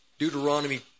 Deuteronomy